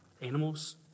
animals